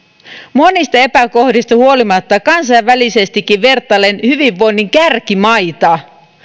monista epäkohdista huolimatta kansainvälisestikin vertaillen hyvinvoinnin kärkimaita